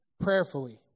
prayerfully